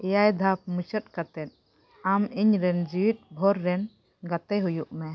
ᱮᱭᱟᱭ ᱫᱷᱟᱯ ᱢᱩᱪᱟᱹᱫ ᱠᱟᱛᱮᱫ ᱟᱢ ᱤᱧ ᱨᱮᱱ ᱡᱤᱣᱮᱫ ᱵᱷᱳᱨ ᱨᱮᱱ ᱜᱟᱛᱮ ᱦᱩᱭᱩᱜ ᱢᱮ